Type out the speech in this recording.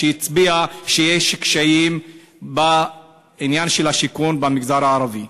שהצביע על קשיים בעניין השיכון במגזר הערבי.